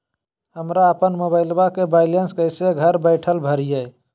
हमरा अपन मोबाइलबा के बैलेंस कैसे घर बैठल भरिए?